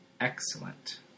Excellent